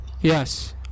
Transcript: Yes